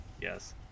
Yes